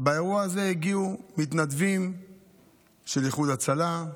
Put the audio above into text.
באירוע הזה, הגיעו מתנדבים של איחוד הצלה,